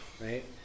right